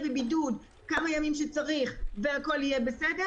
בבידוד כמה ימים שצריך והכול יהיה בסדר,